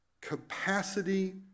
capacity